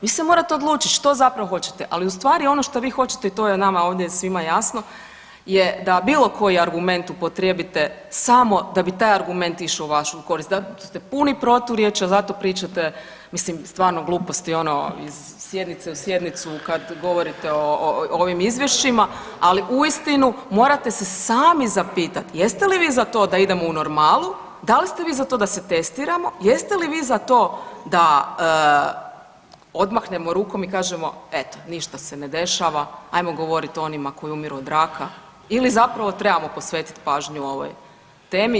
Vi se morate odlučit što zapravo hoćete, ali u stvari ono što vi hoćete to je nama ovdje svima jasno je da bilo koji argument upotrijebite samo da bi taj argument išao u vašu korist zato ste puni proturječja, zato pričate mislim stvarno gluposti ono iz sjednice u sjednicu kad govorite o ovim izvješćima, ali uistinu morate se sami zapitat jeste li vi za to da idemo u normalu, dal ste vi za to da se testiramo, jeste li vi za to da odmahnemo rukom i kažemo eto ništa se ne dešava, ajmo govorit o onima koji umiru od raka ili zapravo trebamo posvetit pažnju ovoj temi.